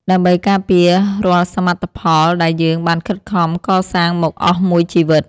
ដើម្បីការពាររាល់សមិទ្ធផលដែលយើងបានខិតខំកសាងមកអស់មួយជីវិត។